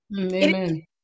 Amen